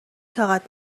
طاقت